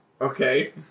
Okay